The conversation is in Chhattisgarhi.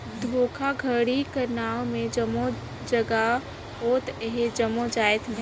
धोखाघड़ी कर नांव में जम्मो जगहा होत अहे जम्मो जाएत में